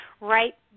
right